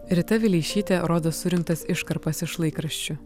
rita vileišytė rodos surinktas iškarpas iš laikraščių